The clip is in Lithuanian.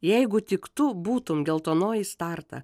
jeigu tik tu būtum geltonoji starta